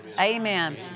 Amen